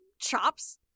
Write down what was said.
chops